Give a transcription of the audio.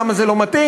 למה זה לא מתאים,